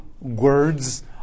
words